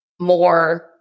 more